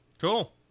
Cool